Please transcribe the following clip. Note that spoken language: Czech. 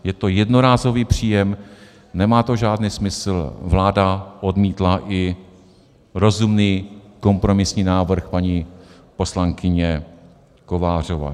Je to jednorázový příjem, nemá to žádný smysl, vláda odmítla i rozumný kompromisní návrh paní poslankyně Kovářové.